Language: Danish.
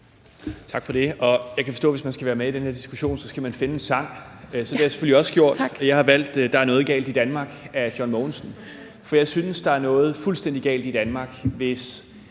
Tak for det. Jeg kan forstå, at hvis man skal være med i den her diskussion, skal man finde en sang, så det har jeg selvfølgelig også gjort. Jeg har valgt »Der er noget galt i Danmark« af John Mogensen, for jeg synes, der er noget fuldstændig galt i Danmark, hvis